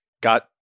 got